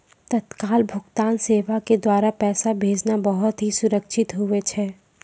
तत्काल भुगतान सेवा के द्वारा पैसा भेजना बहुत ही सुरक्षित हुवै छै